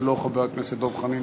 אם לא, דב חנין.